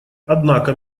однако